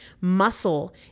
Muscle